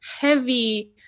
heavy